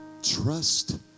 Trust